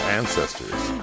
ancestors